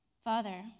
Father